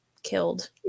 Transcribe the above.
killed